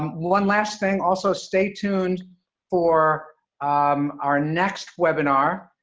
one last thing also. stay tuned for um our next webinar,